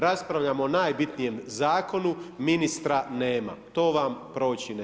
Raspravljamo o najbitnijem zakonu, ministra nema, to vam proći neće.